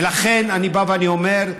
ולכן אני בא ואני אומר,